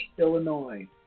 Illinois